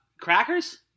Crackers